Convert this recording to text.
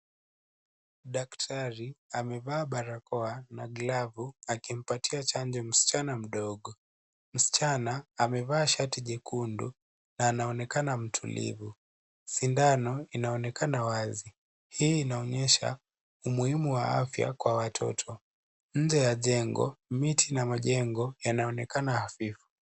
Daktari amevaa barakoa na glavu akimpatia chanjo msichana mdogo. Msichana amevaa shati jekundu na anaonekana mtulivu. Sindano inaonekana wazi. Hii inaonyesha umuhimu wa afya kwa watoto. Nje ya jengo, miti na majengo yanaonekana hafifu.